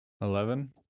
Eleven